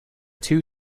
two